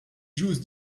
j’ose